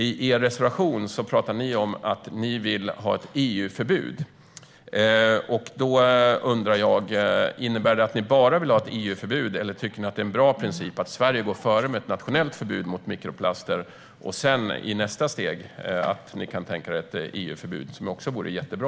I er reservation står det att ni vill ha ett EU-förbud. Då undrar jag om det innebär att ni bara vill ha ett EU-förbud, eller om ni tycker att det är en bra princip att Sverige går före med ett nationellt förbud mot mikroplaster och att ni i nästa steg kan tänka er ett EU-förbud som förstås också vore jättebra.